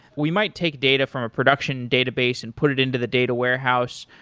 we might take data from a production database and put it into the data warehouse.